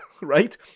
right